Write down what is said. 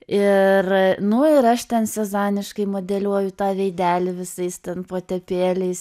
ir nu ir aš ten sezaniškai modeliuoju tą veidelį visais ten potepėliais